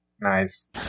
Nice